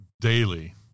daily